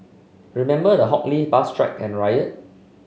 remember the Hock Lee bus strike and riot